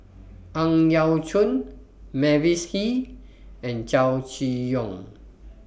Ang Yau Choon Mavis Hee and Chow Chee Yong